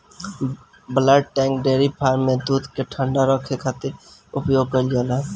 bulk tank dairy farm में दूध के ठंडा रखे खातिर उपयोग कईल जाला